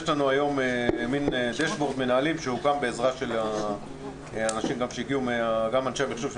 יש לנו היום מין חבר מנהלים שהוקם גם בעזרה של אנשי המחשוב של